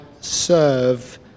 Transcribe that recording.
serve